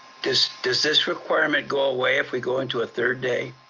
does does this requirement go away if we go into a third day?